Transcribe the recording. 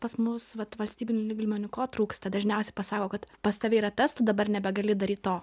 pas mus vat valstybiniu lygmeniu ko trūksta dažniausiai pasako kad pas tave yra testų dabar nebegali daryt to